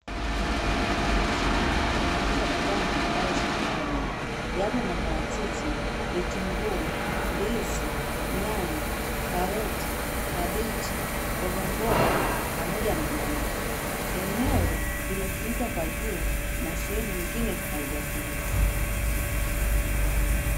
Wafanyabiashara wanauza bidhaa mbalimbali sokoni yapo maparachichi, vitunguu, ndizi, nyanya, karoti, kabichi, mbogamboga pamoja na maembe, eneo limefunikwa kwa juu na sehemu nyingine haijafunikwa.